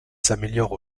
s’améliorent